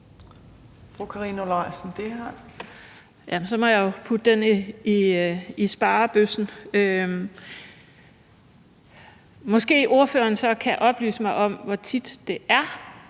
Så må jeg jo putte den i sparebøssen. Måske ordføreren så kan oplyse mig om, hvor tit det er,